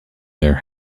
their